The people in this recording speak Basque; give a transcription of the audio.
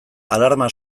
alarma